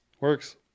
Works